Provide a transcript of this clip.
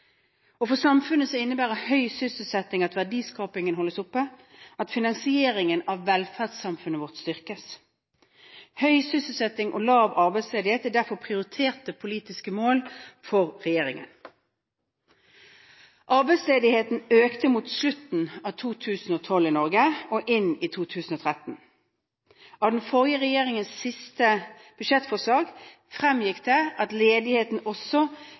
For samfunnet innebærer høy sysselsetting at verdiskapingen holdes oppe, og at finansieringen av velferdssamfunnet vårt styrkes. Høy sysselsetting og lav arbeidsledighet er derfor prioriterte politiske mål for regjeringen. Arbeidsledigheten økte mot slutten av 2012 i Norge og inn i 2013. Av den forrige regjeringens siste budsjettforslag fremgikk det at ledigheten også